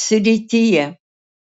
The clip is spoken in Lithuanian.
srityje